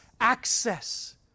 access